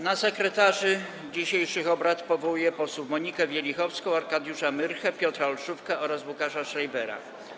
Na sekretarzy dzisiejszych obrad powołuję posłów Monikę Wielichowską, Arkadiusza Myrchę, Piotra Olszówkę oraz Łukasza Schreibera.